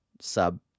sub